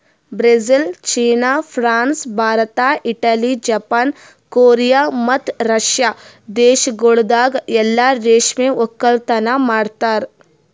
Brazil, China, France, Bharat, Italy, Japan, Korea ಮತ್ತ Russia ದೇಶಗೊಳ್ದಾಗ್ ಎಲ್ಲಾ ರೇಷ್ಮೆ ಒಕ್ಕಲತನ ಮಾಡ್ತಾರ